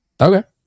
Okay